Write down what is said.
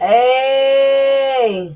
Hey